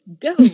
go